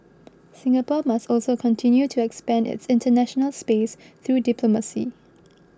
Singapore must also continue to expand its international space through diplomacy